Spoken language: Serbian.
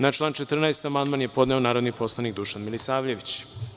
Na član 14. amandman je podneo narodni poslanik Dušan Milisavljević.